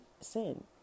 sin